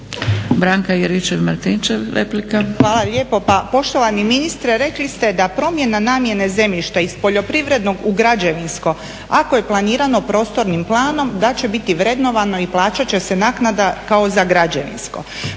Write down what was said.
**Juričev-Martinčev, Branka (HDZ)** Hvala lijepo. Pa poštovani ministre rekli ste da promjena namjene zemljišta iz poljoprivrednog u građevinsko ako je planirano prostornim planom da će biti vrednovano i plaćat će se naknada kao za građevinsko.